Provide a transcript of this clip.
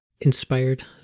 inspired